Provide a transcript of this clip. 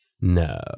No